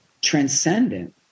transcendent